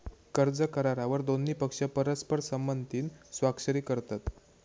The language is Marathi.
कर्ज करारावर दोन्ही पक्ष परस्पर संमतीन स्वाक्षरी करतत